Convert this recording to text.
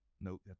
No